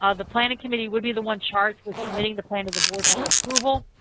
ah the planning committee would be the one charged with submitting the plan to the board for approval.